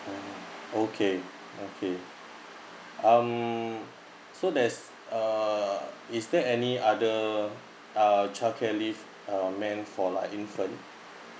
okay okay um so there's uh is there any other uh childcare leave um meant for like infant